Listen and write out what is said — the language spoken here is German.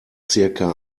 circa